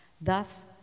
Thus